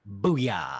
booyah